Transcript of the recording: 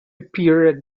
appeared